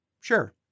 Sure